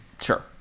sure